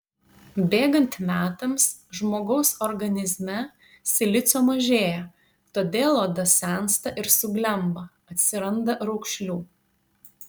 bėgant metams žmogaus organizme silicio mažėja todėl oda sensta ir suglemba atsiranda raukšlių